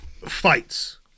fights